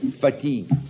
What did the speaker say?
fatigue